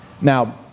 Now